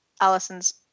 Allison's